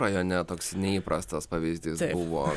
rajone toks neįprastas pavyzdys buvo